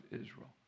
Israel